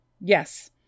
Yes